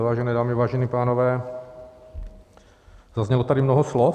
Vážené dámy, vážení pánové, zaznělo tady mnoho slov.